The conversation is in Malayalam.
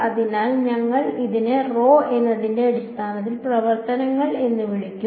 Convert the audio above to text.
അതിനാൽ ഞങ്ങൾ ഇതിനെ rho എന്നതിനുള്ള അടിസ്ഥാന പ്രവർത്തനങ്ങൾ എന്ന് വിളിക്കും